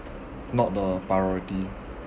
not the priority